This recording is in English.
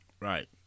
Right